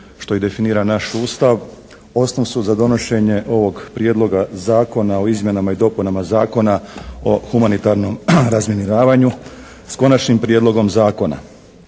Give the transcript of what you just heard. što i definira naš Ustav osnov su za donošenje ovog Prijedlog zakona o izmjenama i dopunama Zakona o humanitarnom razminiravanju s Konačnim prijedlogom zakona.